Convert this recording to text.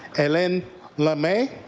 alain lemay,